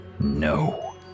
no